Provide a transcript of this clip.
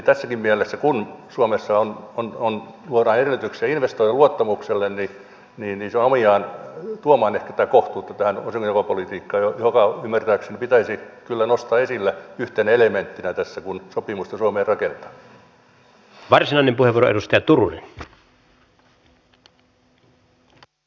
tässäkin mielessä kun suomessa luodaan edellytyksiä investoijien luottamukselle niin se on omiaan tuomaan nyt tätä kohtuutta tähän osingonjakopolitiikkaan joka ymmärtääkseni pitäisi kyllä nostaa esille yhtenä elementtinä tässä kun sopimusta suomeen rakennetaan